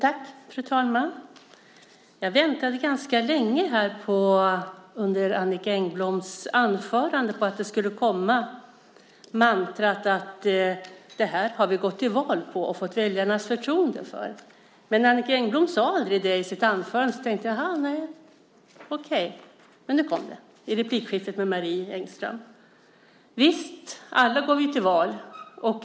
Fru talman! Jag väntade länge under Annicka Engbloms anförande på mantrat: "Det här har vi gått till val på och fått väljarnas förtroende för." Men Annicka Engblom sade aldrig det i sitt anförande. Okej, tänkte jag. Men nu kom det i replikskiftet med Marie Engström. Visst, alla går vi till val.